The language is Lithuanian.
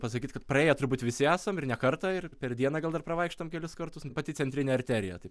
pasakyt kad praėję turbūt visi esam ir ne kartą ir per dieną gal dar pravaikštom kelis kartus nu pati centrinė arterija tai